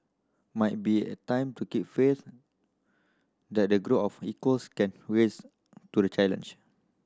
might be time to keep faith that a group of equals can to the challenge